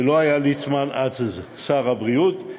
אז לא ליצמן היה שר הבריאות,